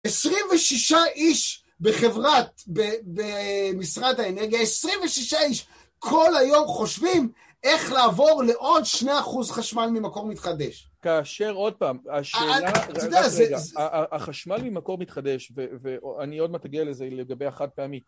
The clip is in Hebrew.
26 איש בחברת, במשרד האנרגיה, 26 איש כל היום חושבים איך לעבור לעוד 2 אחוז חשמל ממקור מתחדש. כאשר עוד פעם, השאלה, רק רגע, החשמל ממקור מתחדש, ואני עוד מעט אגיע לזה לגבי החד פעמי.